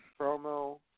promo